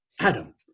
Adam